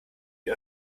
die